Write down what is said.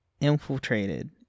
infiltrated